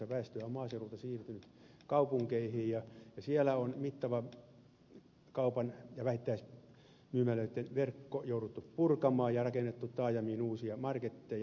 väestöä on maaseudulta siirtynyt kaupunkeihin ja siellä on mittava kaupan ja vähittäismyymälöiden verkko jouduttu purkamaan ja on rakennettu taajamiin uusia marketteja